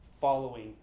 following